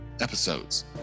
episodes